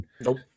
Nope